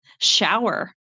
shower